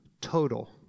total